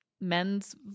men's